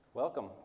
Welcome